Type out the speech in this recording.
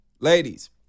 ladies